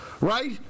right